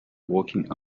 walking